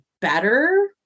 better